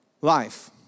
life